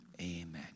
Amen